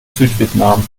südvietnam